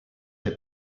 est